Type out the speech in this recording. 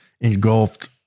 engulfed